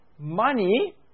Money